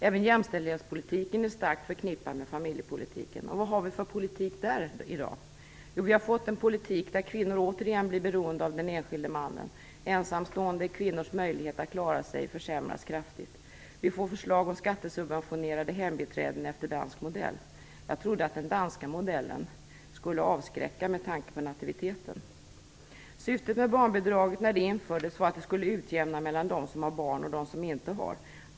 Även jämställdhetspolitiken är starkt förknippad med familjepolitiken. Och vad har vi för politik på det området i dag? Jo, vi har fått en politik där kvinnor återigen är beroende av den enskilde mannen. Ensamstående kvinnors möjlighet att klara sig försämras kraftigt. Vi får förslag om skattesubventionerade hembiträden enligt dansk modell. Jag trodde att den danska modellen skulle avskräcka med tanke på nativiteten. När barnbidraget infördes var syftet att det skulle bidra till en utjämning mellan de som har barn och de som inte har barn.